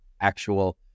actual